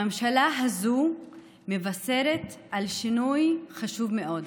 הממשלה הזאת מבשרת שינוי חשוב מאוד,